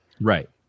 Right